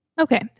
Okay